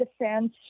defense